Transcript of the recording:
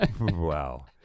Wow